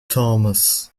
thomas